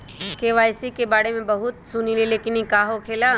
KYC के बारे में हम बहुत सुनीले लेकिन इ का होखेला?